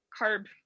carb